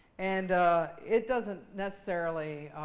and it doesn't necessarily